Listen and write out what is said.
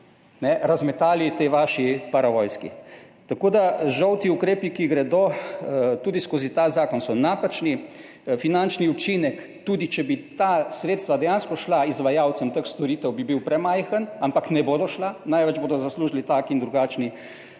razmetali tej vaši paravojski. Žal, ti ukrepi, ki gredo tudi skozi ta zakon, so napačni. Finančni učinek, tudi če bi ta sredstva dejansko šla izvajalcem teh storitev, bi bil premajhen, ampak ne bodo šla. Največ bodo zaslužili taki in drugačni